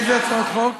הצעות שעברו בטרומית.